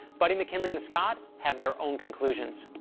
buddy, mckinley, and scott have their own conclusions.